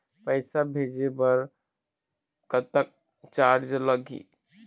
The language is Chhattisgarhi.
पैसा भेजे बर कतक चार्ज लगही?